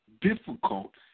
difficult